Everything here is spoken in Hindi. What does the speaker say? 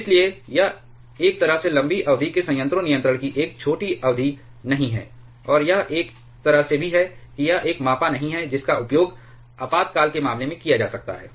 इसलिए यह एक तरह से लंबी अवधि के संयंत्रों नियंत्रण की एक छोटी अवधि नहीं है या यह एक तरह से भी है कि यह एक मापा नहीं है जिसका उपयोग आपातकाल के मामले में किया जा सकता है